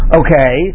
okay